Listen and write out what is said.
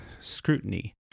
scrutiny